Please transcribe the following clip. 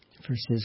verses